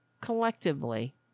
Collectively